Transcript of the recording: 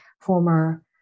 former